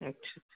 अच्छा छा